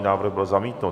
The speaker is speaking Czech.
Návrh byl zamítnut.